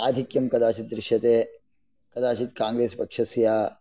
आधिक्यं कदाचित् दृश्यते कदाचित् काङ्ग्रेस् पक्षस्य